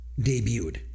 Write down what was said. Debuted